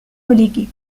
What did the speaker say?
relégué